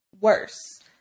worse